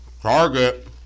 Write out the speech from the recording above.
Target